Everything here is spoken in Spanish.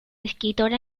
escritor